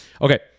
okay